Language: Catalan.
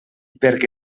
perquè